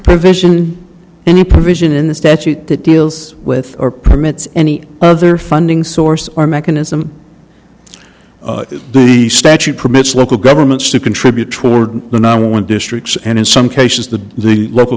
provision any provision in the statute that deals with or permits any other funding source or mechanism the statute permits local governments to contribute toward the number one districts and in some cases the local